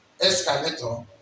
escalator